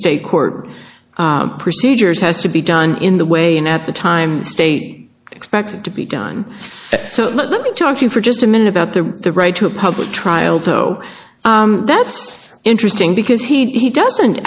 state court procedures has to be done in the way in at the time state expect to be done so let me talk to you for just a minute about the the right to a public trial though that's interesting because he doesn't